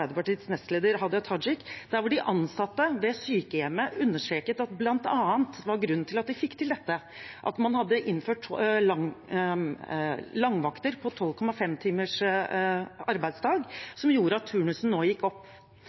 nestleder Hadia Tajik, der de ansatte ved sykehjemmet understreket at grunnen til at de fikk til dette, bl.a. var at man hadde innført langvakter på 12,5 timers arbeidsdag, som gjorde at turnusen nå gikk opp.